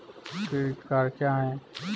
Credit card क्या है?